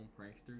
pranksters